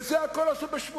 ואת כל זה עשו בשבועיים.